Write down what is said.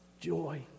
joy